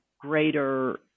greater